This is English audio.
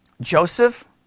Joseph